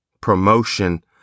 promotion